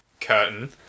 curtain